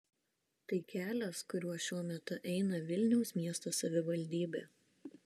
tai kelias kuriuo šiuo metu eina vilniaus miesto savivaldybė